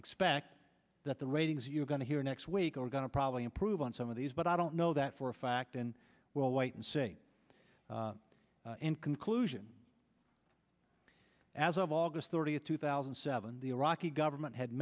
expect that the ratings you're going to hear next week are going to probably improve on some of these but i don't know that for a fact and we'll wait and see in conclusion as of august thirtieth two thousand and seven the iraqi government had